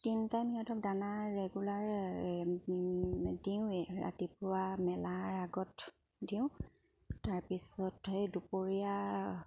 তিনি টাইম সিহঁতক দানা ৰেগুলাৰ দিওঁৱে ৰাতিপুৱা মেলাৰ আগত দিওঁ তাৰপিছত সেই দুপৰীয়া